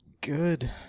good